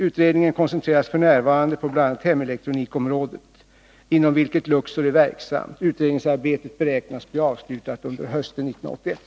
Utredningen koncentreras f. n. på bl.a. hemelektronikområdet, inom vilket Luxor är verksamt. Utredningsarbetet beräknas bli avslutat under hösten 1981.